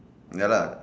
ya lah